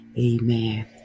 Amen